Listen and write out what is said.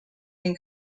den